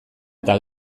eta